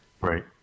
Right